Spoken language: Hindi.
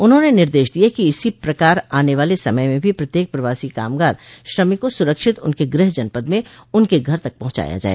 उन्हाने निर्देश दिए कि इसी प्रकार आने वाले समय में भी प्रत्येक प्रवासी कामगार श्रमिक को सुरक्षित उनके गृह जनपद में उनके घर तक पहुंचाया जाए